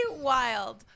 wild